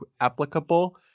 applicable